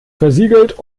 versiegelt